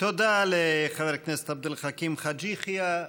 תודה לחבר הכנסת עבד אל חכים חאג' יחיא.